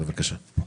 בבקשה.